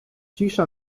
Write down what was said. cisza